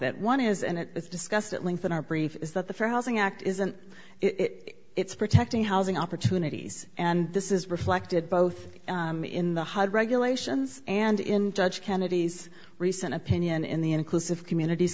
that one is and it's discussed at length in our brief is that the fair housing act isn't it it's protecting housing opportunities and this is reflected both in the hud regulations and in judge kennedy's recent opinion in the inclusive communities